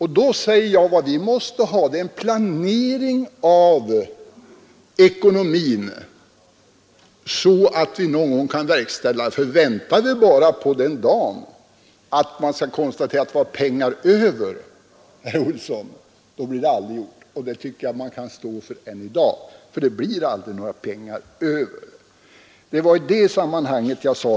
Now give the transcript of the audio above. Jag sade då att vad vi måste ha är en planering av ekonomin så att vi någon gång kan verkställa förslaget. För väntar vi bara på den dagen när man kan konstatera att det är pengar över, då blir det aldrig gjort. Det tycker jag att man kan stå för än i dag, för det blir aldrig några pengar över om man inte planerar för utgifter.